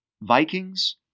Vikings